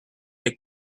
take